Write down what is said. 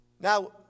Now